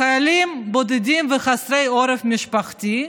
חיילים בודדים וחסרי עורף משפחתי,